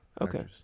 Okay